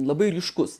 labai ryškus